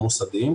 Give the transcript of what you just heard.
המוסדיים,